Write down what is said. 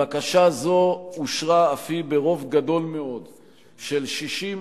בקשה זו אושרה אף היא ברוב גדול מאוד של 68